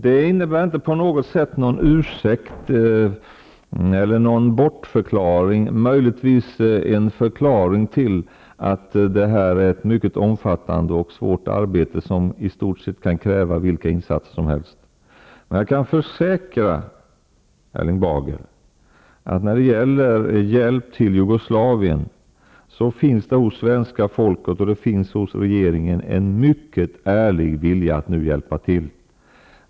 Det är inte på något sätt en ursäkt eller en bortförklaring, men möjligtvis en förklaring. Det gäl ler här ett mycket omfattande och svårt arbete, som i stort sett kan kräva vilka insatser som helst. Jag kan försäkra Erling Bager att det när det gäller hjälp till Jugoslavien hos svenska folket och hos regeringen finns en mycket ärlig vilja att nu hjälpa till.